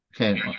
okay